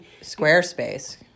Squarespace